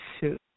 shoot